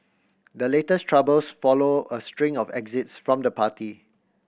the latest troubles follow a string of exist from the party